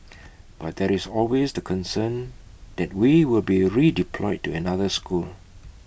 but there is always the concern that we will be redeployed to another school